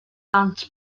ddant